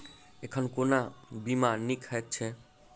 एखन कोना बीमा नीक हएत छै?